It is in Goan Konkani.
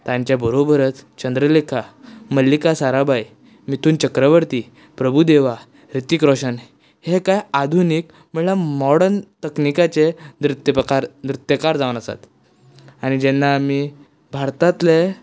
तांच्या बरोबरच चंद्रलेखा मल्लिका साराबाय मिथून चक्रवर्ती प्रभूदेवा रितीक रोशन हे कांय आधुनिक म्हळ्यार माॅडर्न तकनीकाचे नृत्य प्रकार नृत्यकार जावन आसात आनी जेन्ना आमी भारतातले